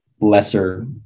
lesser